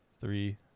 three